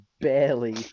barely